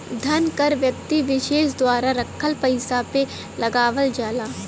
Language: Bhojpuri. धन कर व्यक्ति विसेस द्वारा रखल पइसा पे लगावल जाला